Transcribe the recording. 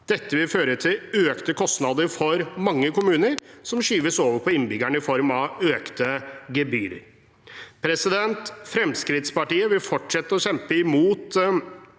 Dette vil føre til økte kostnader for mange kommuner – som skyves over på innbyggerne i form av økte gebyrer. Fremskrittspartiet vil fortsette å kjempe for